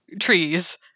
trees